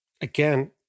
again